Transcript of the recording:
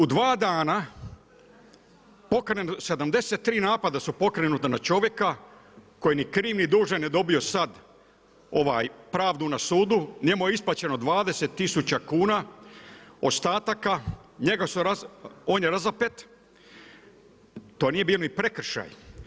U 70, u 2 dana, pokrene 73 napada su pokrenuta na čovjeka koji ni kriv ni dužan je dobio sad pravdu na sudu, njemu je isplaćeno 20000 kn ostataka, on je razapet, to nije bio ni prekršaj.